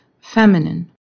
feminine